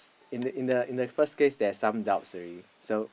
in the in the in the first case there's some doubts already so